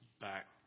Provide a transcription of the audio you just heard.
Back